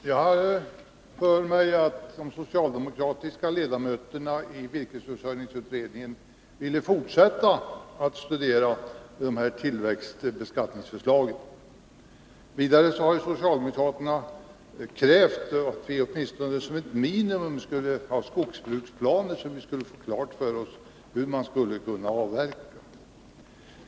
Herr talman! Jag vill minnas att ledamöterna i virkesförsörjningsutredningen ville fortsätta att studera tillväxtbeskattningsförslagen. Vidare har socialdemokraterna krävt att man åtminstone som ett minimum skulle ha skogsbruksplaner för klargörande av hur avverkningarna skall genomföras.